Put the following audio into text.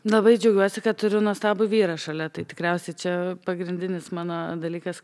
labai džiaugiuosi kad turiu nuostabų vyrą šalia tai tikriausiai čia pagrindinis mano dalykas